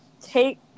take